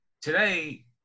today